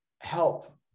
help